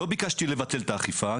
לא ביקשתי לבטל את האכיפה.